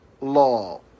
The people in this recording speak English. law